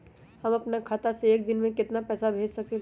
हम अपना खाता से एक दिन में केतना पैसा भेज सकेली?